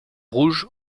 rouge